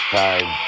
time